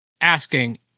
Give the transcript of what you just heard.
asking